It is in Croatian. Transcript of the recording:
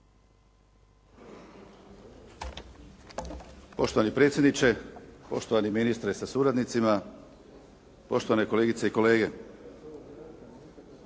Poštovani predsjedniče, poštovani ministre sa suradnicima, poštovane kolegice i kolege.